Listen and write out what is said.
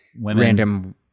random